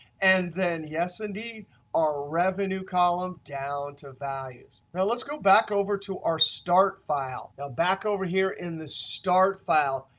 and then yes indeed our revenue column down to values. now let's go back over to our start file. now back over here in the start file,